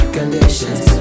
Conditions